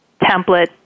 template